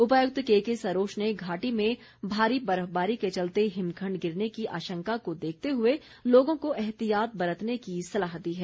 उपायुक्त केके सरोच ने घाटी में भारी बर्फबारी के चलते हिमखंड गिरने की आशंका को देखते हुए लोगों को एहतियात बरतने की सलाह दी है